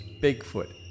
Bigfoot